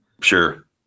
Sure